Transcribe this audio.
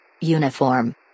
Uniform